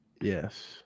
Yes